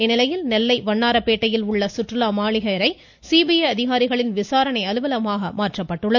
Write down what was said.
இந்நிலையில் நெல்லை வண்ணாரப்பேட்டையில் உள்ள சுற்றுலா மாளிகை அறை சிபிஐ அதிகாரிகள் விசாரணை அலுவலகமாக மாற்றப்படுகிறது